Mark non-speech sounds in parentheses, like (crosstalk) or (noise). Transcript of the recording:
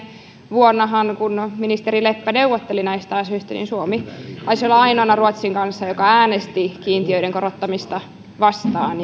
vuonnahan kun ministeri leppä neuvotteli näistä asioista suomi taisi olla ruotsin kanssa ainoana joka äänesti kiintiöiden korottamista vastaan (unintelligible)